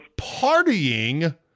partying